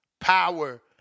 power